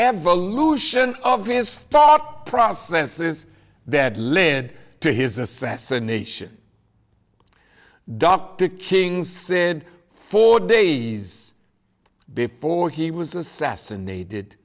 evolution of his thought processes that led to his assassination dr king's said four days before he was assassinated